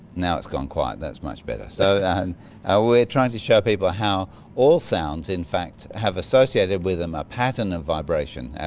now it's gone quiet, that's much better. so and we're trying to show people how all sounds in fact have associated with them a pattern of vibration.